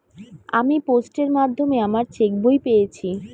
আমি পোস্টের মাধ্যমে আমার চেক বই পেয়েছি